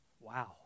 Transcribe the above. wow